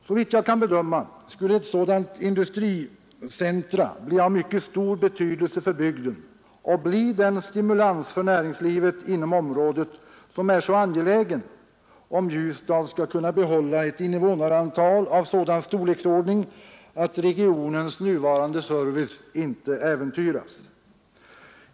Såvitt jag kan bedöma skulle ett sådant industricentrum bli av mycket stor betydelse för bygden och utgöra den stimulans för näringslivet inom området som är så angelägen om Ljusdal skall kunna behålla ett invånarantal av den storleksordningen att regionens nuvarande service inte äventyras.